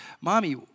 Mommy